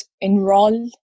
enroll